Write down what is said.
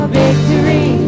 victory